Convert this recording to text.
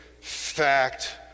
fact